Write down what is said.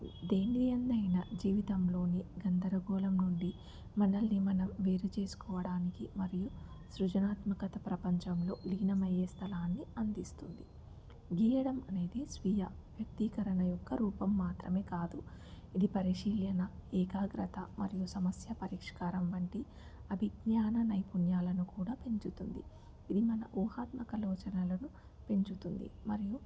దేనియందైనా జీవితంలోని గందరగోళం నుండి మనల్ని మనం వేరు చేసుకోవడానికి మరియు సృజనాత్మకత ప్రపంచంలో లీనమయ్యే స్థలాన్ని అందిస్తుంది గీయడం అనేది స్వీయ వ్యక్తీకరణ యొక్క రూపం మాత్రమే కాదు ఇది పరిశీలన ఏకాగ్రత మరియు సమస్య పరిష్కారం వంటి అభిజ్ఞాన నైపుణ్యాలను కూడా పెంచుతుంది ఇది మన ఊహాత్మక లోచనాలను పెంచుతుంది మరియు